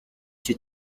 icyo